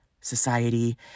society